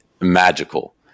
magical